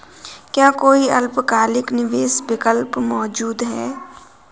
क्या कोई अल्पकालिक निवेश विकल्प मौजूद है?